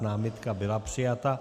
Námitka byla přijata.